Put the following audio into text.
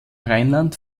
rheinland